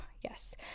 yes